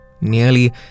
Nearly